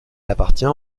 appartient